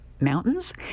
mountains